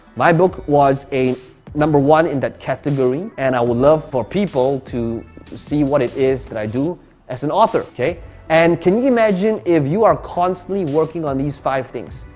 my book was a number one in that category and i would love for people to see what it is that i do as an author. and can you imagine if you are constantly working on these five things,